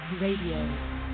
Radio